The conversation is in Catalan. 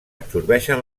absorbeixen